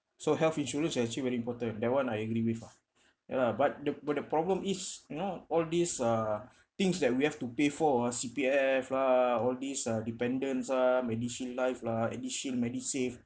so health insurance actually very important that one I agree with ah ya lah but the but the problem is you know all these uh things that we have to pay for ah C_P_F lah all these uh dependents ah medishield life lah medishield medisave